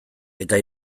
eta